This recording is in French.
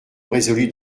résolu